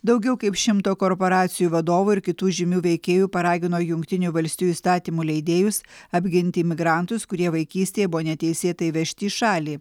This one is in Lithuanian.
daugiau kaip šimto korporacijų vadovų ir kitų žymių veikėjų paragino jungtinių valstijų įstatymų leidėjus apginti imigrantus kurie vaikystėje buvo neteisėtai įvežti į šalį